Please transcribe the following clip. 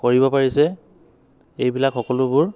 কৰিব পাৰিছে এইবিলাক সকলোবোৰ